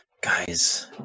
guys